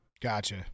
Gotcha